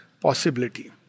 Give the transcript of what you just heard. possibility